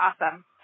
awesome